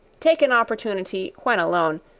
take an opportunity when alone,